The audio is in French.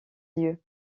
lieux